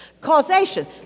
Causation